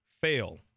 fail